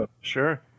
sure